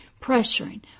pressuring